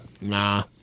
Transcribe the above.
Nah